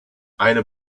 eine